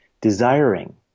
desiring